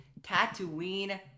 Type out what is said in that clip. Tatooine